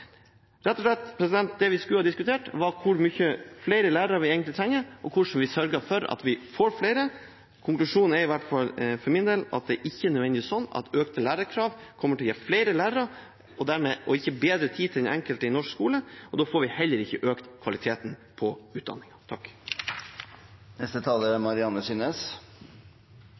rett og slett skulle diskutert, var hvor mange flere lærere vi egentlig trenger, og hvordan vi sørger for at vi får flere. Konklusjonen er i hvert fall for min del at det ikke nødvendigvis er sånn at økte lærerkrav kommer til å gi flere lærere. Dermed blir det ikke bedre tid til den enkelte i norsk skole, og da får vi heller ikke økt kvaliteten på utdanningen. Arbeiderpartiet framstiller kravet om 4 i den enkleste matematikken ved opptak til lærer- og lektorutdanningene som om det er